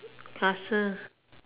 castle